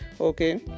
okay